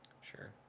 Sure